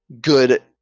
good